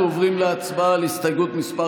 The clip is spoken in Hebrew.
אנחנו עוברים להצבעה על הסתייגות מס'